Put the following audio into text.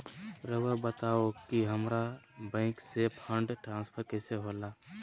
राउआ बताओ कि हामारा बैंक से फंड ट्रांसफर कैसे होला?